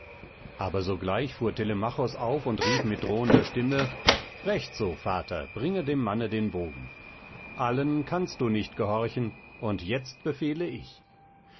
aber sogleich fuhr telemachos auf und rief mit drohender stimme recht so vater bringe dem manne den bogen allen kannst du nicht gehorchen und jetzt befehle ich